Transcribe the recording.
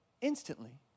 instantly